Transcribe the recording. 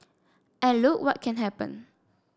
and look what can happen